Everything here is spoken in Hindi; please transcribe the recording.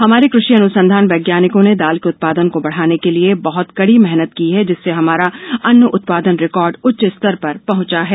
हमारे कृषि अनुसंधान वैज्ञानिकों ने दाल के उत्पादन को बढ़ाने के लिए बहुत कड़ी मेहनत की है जिससे हमारा अन्न उत्पादन रिकॉर्ड उच्च स्तर पर पहुंचा है